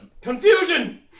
Confusion